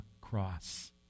cross